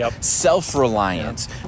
self-reliance